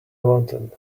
wanted